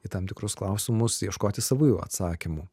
į tam tikrus klausimus ieškoti savųjų atsakymų